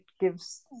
gives